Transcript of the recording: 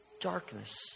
darkness